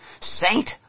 Saint